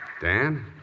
Dan